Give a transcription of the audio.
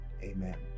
amen